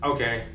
Okay